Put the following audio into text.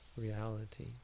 reality